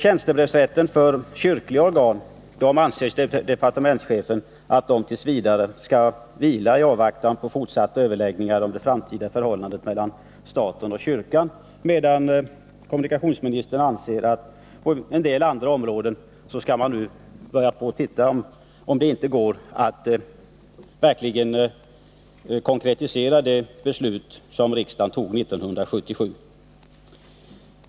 Tjänstebrevsrätten för kyrkliga organ bör enligt departementschefen vila i avvaktan på fortsatta överläggningar om det framtida förhållandet mellan staten och kyrkan, medan kommunikationsministern anser att man på en del andra områden skall börja undersöka om det verkligen inte går att konkretisera det beslut som riksdagen antog 1977.